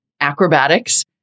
acrobatics